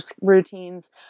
routines